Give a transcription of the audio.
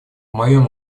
моем